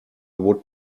would